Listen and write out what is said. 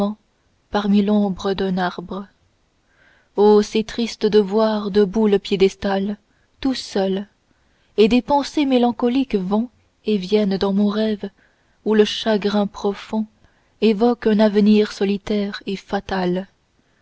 parmi l'ombre d'un arbre oh c'est triste de voir debout le piédestal tout seul et des pensers mélancoliques vont et viennent dans mon rêve où le chagrin profond évoque un avenir solitaire et fatal